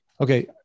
Okay